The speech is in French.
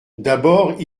d’abord